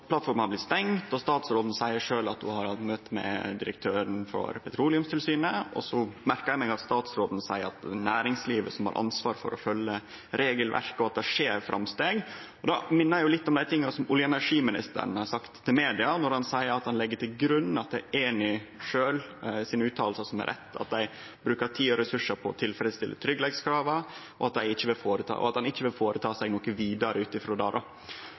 Plattforma har blitt stengd, og statsråden seier sjølv at ho har hatt møte med direktøren for Petroleumstilsynet. Eg merkar meg at statsråden seier at det er næringslivet som har ansvaret før å følgje regelverket, og at det skjer framsteg. Det minner litt om dei tinga olje- og energiministeren har sagt til media, når han seier at han legg til grunn at utsegnene til Eni sjølve er rette, at dei bruker tid og ressursar på å tilfredsstille tryggleikskrava, og at han ikkje vil gjere noko vidare ut frå det.